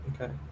Okay